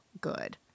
good